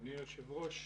אדוני היושב ראש,